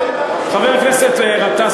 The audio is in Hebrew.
חבר הכנסת גטאס,